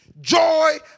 Joy